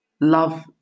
love